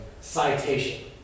citation